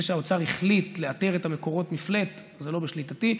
זה שהאוצר החליט לאתר את המקורות מפלאט זה לא בשליטתי.